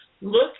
look